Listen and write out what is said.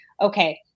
okay